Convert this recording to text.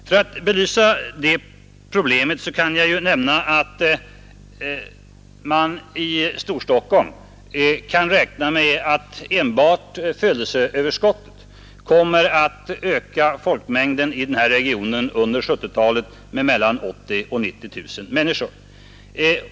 För att belysa det problemet kan jag nämna att man i Storstockholm kan räkna med att enbart födelseöverskottet kommer att öka folkmängden under 1970-talet med mellan 80 000 och 90 000 människor.